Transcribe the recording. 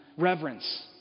reverence